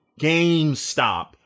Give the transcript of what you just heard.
GameStop